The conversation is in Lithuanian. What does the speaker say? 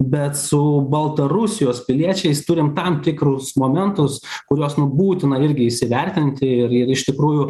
bet su baltarusijos piliečiais turim tam tikrus momentus kuriuos nu būtina irgi įsivertinti ir ir iš tikrųjų